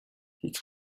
هیچ